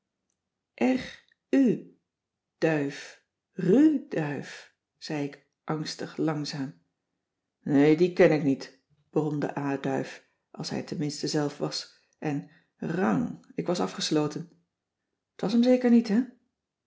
duyf rù duyf zei ik angstig langzaam nee die ken ik niet bromde a duyf als hij t tenminste zelf was en rrang ik was afgesloten t was hem zeker niet hè